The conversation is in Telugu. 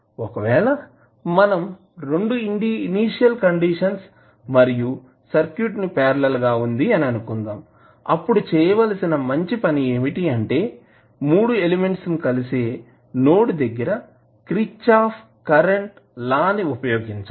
ఒకవేళ మనం రెండు ఇనీషియల్ కండిషన్స్ మరియు సర్క్యూట్ ని పార్లల్ గా వుంది అని అనుకుందాం అప్పుడు చేయాల్సిన మంచి పని ఏమిటి అంటే 3 ఎలిమెంట్స్ కలిసే నోడ్ దగ్గర క్రిచ్ఛాప్ కరెంటు లా ని ఉపయోగించాలి